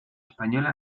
española